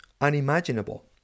unimaginable